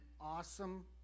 awesome